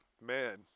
Man